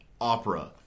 opera